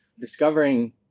discovering